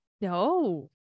No